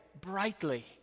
brightly